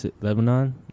Lebanon